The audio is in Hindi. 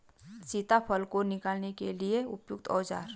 सीताफल को निकालने के लिए उपयुक्त औज़ार?